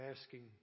asking